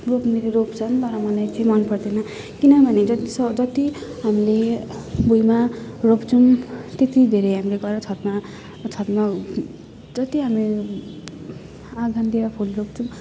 रोप्नेले रोप्छन् तर मलाई चाहिँ मनपर्दैन किनभने जति स जति हामीले भुइँमा रोप्छौँ त्यत्ति धेरै हामीले गएर छतमा छतमा जति हामी आँगनतिर फुल रोप्छौँ